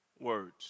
words